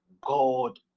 God